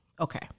okay